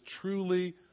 truly